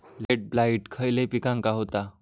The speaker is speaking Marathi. लेट ब्लाइट खयले पिकांका होता?